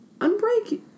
Unbreak